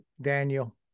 daniel